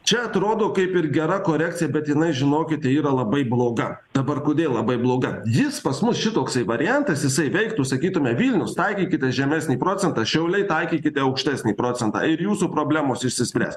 čia atrodo kaip ir gera korekcija bet jinai žinokite yra labai bloga dabar kodėl labai bloga jis pas mus šitoksai variantas jisai veiktų sakytume vilnius taikykite žemesnį procentą šiauliai taikykite aukštesnį procentą ir jūsų problemos išsispręs